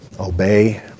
Obey